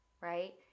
right